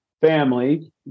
family